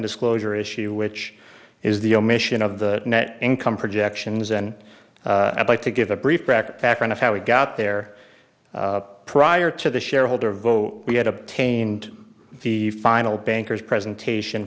disclosure issue which is the omission of the net income projections and i'd like to give a brief back pack and of how we got there prior to the shareholder vote we had obtained the final banker's presentation